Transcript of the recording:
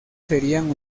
serían